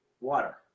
Water